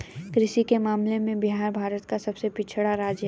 कृषि के मामले में बिहार भारत का सबसे पिछड़ा राज्य है